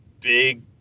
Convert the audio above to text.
big